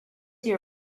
your